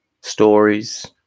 stories